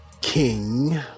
king